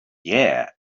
yeah